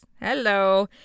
Hello